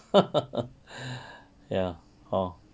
ya hor